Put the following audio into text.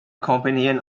companion